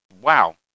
wow